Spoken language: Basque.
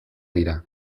dira